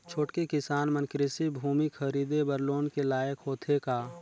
छोटके किसान मन कृषि भूमि खरीदे बर लोन के लायक होथे का?